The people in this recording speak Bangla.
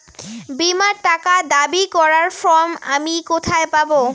বীমার টাকা দাবি করার ফর্ম আমি কোথায় পাব?